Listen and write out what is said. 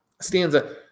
stanza